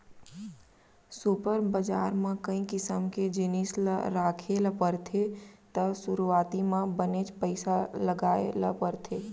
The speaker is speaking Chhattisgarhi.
सुपर बजार म कई किसम के जिनिस ल राखे ल परथे त सुरूवाती म बनेच पइसा लगाय ल परथे